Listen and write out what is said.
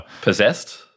Possessed